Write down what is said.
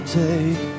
take